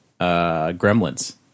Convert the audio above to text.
Gremlins